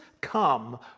come